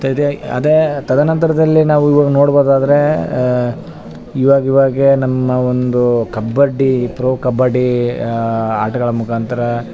ತದೆ ಅದೇ ತದನಂತರದಲ್ಲಿ ನಾವು ಇವಾಗ ನೊಡ್ಬೊದಾದರೆ ಇವಾಗ ಇವಾಗ ನಮ್ಮ ಒಂದು ಕಬಡ್ಡಿ ಪ್ರೊ ಕಬಡ್ಡಿ ಆಟಗಳ ಮುಖಾಂತರ